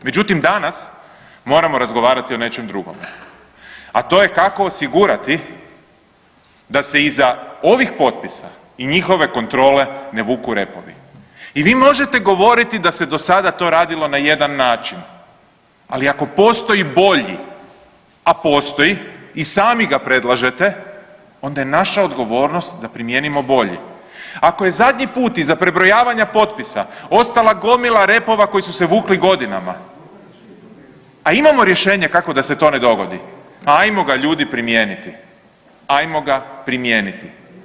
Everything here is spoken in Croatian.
Međutim, danas moramo razgovarati o nečem drugom, a to je kako osigurati da se iza ovih potpisa i njihove kontrole ne vuku repovi i vi možete govoriti da se do sada to radilo na jedan način, ali ako postoji bolji, a postoji i sami ga predlažete, onda je naša odgovornost da primijenimo bolji, ako je zadnji put iza prebrojavanja potpisa ostala gomila repova koji su se vukli godinama, a imamo rješenje kako da se to ne dogodi, pa ajmo ga ljudi primijeniti, ajmo ga primijeniti.